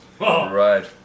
Right